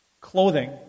clothing